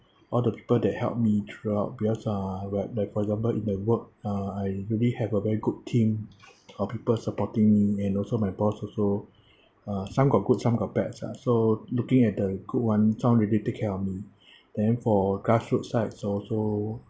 all the people that helped me throughout because uh like like for example in my work uh I usually have a very good team of people supporting and also my boss also uh some got good some got bad s~ uh so looking at the good one some really take care of me then for grassroot sides also